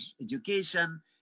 education